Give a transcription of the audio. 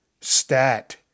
Stat